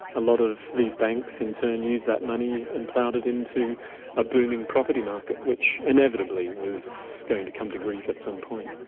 a lot of these banks in turn used that money and ploughed it into a booming property market, which inevitably was going to come to grief at some point.